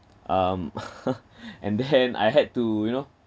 um and then I had to you know